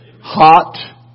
hot